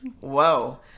whoa